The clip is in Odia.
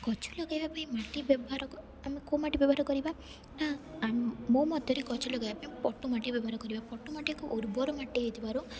ଗଛ ଲଗାଇବା ପାଇଁ ମାଟି ବ୍ୟବହାର ଆମେ କେଉଁ ମାଟି ବ୍ୟବହାର କରିବା ନା ମୋ ମତରେ ଗଛ ଲଗାଇବା ପାଇଁ ପଟୁ ମାଟି ବ୍ୟବହାର କରିବା ପଟୁମାଟିକୁ ଉର୍ବର ମାଟି ହେଇଥିବାରୁ